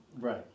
Right